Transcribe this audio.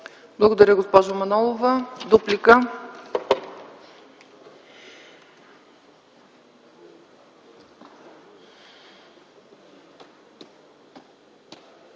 Благодаря, госпожо Манолова. Дуплика?